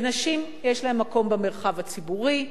ונשים יש להן מקום במרחב הציבורי,